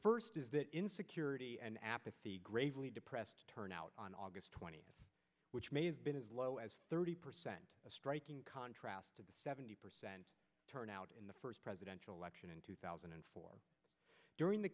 first is that insecurity and apathy gravely depressed turnout on august twenty which may have been as low as thirty percent a striking contrast to the seventy percent turnout in the first presidential election in two thousand and four during the